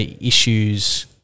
issues